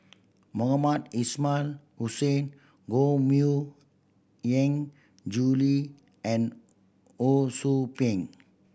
Mohamed Ismail Hussain Koh Mui Hiang Julie and Ho Sou Ping